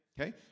okay